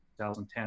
2010